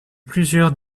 plusieurs